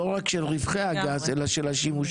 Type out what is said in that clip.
לא רק של רווחי הגז, אלא של השימושים.